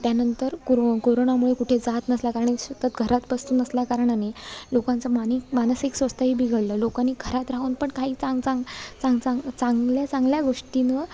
त्यानंतर कुरु कोरोणामुळे कुठे जात नसल्याकारणे सतत घरात बसून असल्याकारणाने लोकांचं मानी मानसिक स्वास्थ्यही बिघडलं लोकांनी घरात राहून पण काही चांग चांग चांग चांग चांगल्या चांगल्या गोष्टींवर